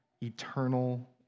eternal